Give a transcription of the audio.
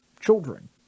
children